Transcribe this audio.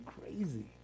crazy